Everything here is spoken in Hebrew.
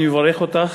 אני מברך אותך,